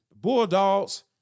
Bulldogs